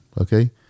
okay